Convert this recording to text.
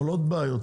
עולות בעיות,